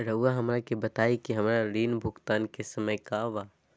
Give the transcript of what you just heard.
रहुआ हमरा के बताइं कि हमरा ऋण भुगतान के समय का बा?